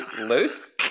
loose